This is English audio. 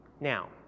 Now